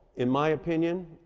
in my opinion,